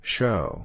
Show